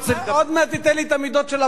עוד מעט תיתן לי גם את המידות של הבריכה.